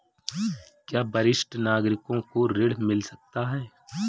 क्या वरिष्ठ नागरिकों को ऋण मिल सकता है?